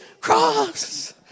cross